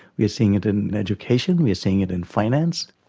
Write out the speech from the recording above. we're seeing it in education, we're seeing it in finance.